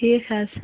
ٹھیٖک حظ